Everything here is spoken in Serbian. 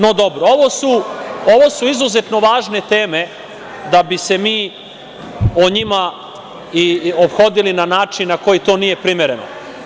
No dobro, ovo su izuzetno važne teme da bi se mi o njima ophodili na način na koji to nije primereno.